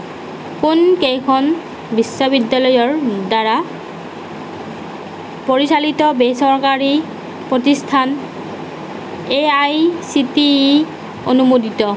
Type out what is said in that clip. কোনকেইখন বিশ্ববিদ্যালয়ৰ দ্বাৰা পৰিচালিত বেচৰকাৰী প্ৰতিষ্ঠান A I C T E অনুমোদিত